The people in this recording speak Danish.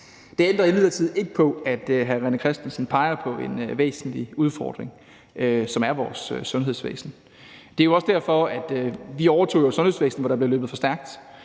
Det ændrer imidlertid ikke på, at hr. René Christensen peger på en væsentlig udfordring, nemlig vores sundhedsvæsen. Vi overtog jo et sundhedsvæsen, hvor der blev løbet for stærkt;